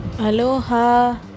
Aloha